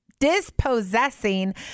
dispossessing